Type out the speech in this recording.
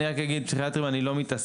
אני רק אגיד עם הפסיכיאטרים אני לא מתעסק,